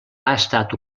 estat